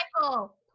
Michael